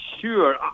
sure